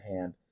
hand